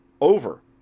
over